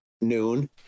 noon